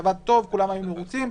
עבד טוב וכולם היו מרוצים.